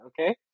okay